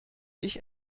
ich